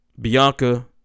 Bianca